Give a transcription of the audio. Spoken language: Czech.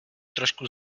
trošku